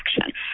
action